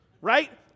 right